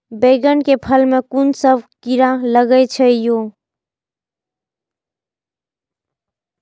बैंगन के फल में कुन सब कीरा लगै छै यो?